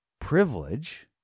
privilege